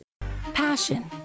Passion